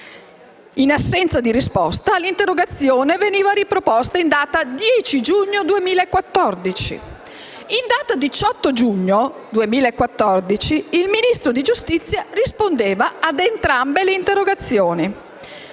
In assenza di risposta, l'interrogazione veniva riproposta in data 10 giugno 2014. In data 18 giugno 2014 il Ministro di giustizia rispondeva ad entrambe le interrogazioni.